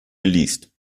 geleast